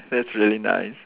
that's really nice